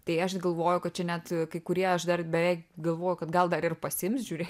tai aš galvoju kad čia net kai kurie aš dar beveik galvoju kad gal dar ir pasiims žiūrėk